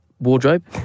wardrobe